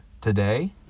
today